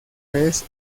vez